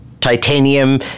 titanium